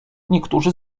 niektórzy